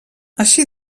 així